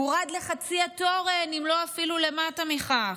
הורד לחצי התורן, אם לא אפילו למטה מכך.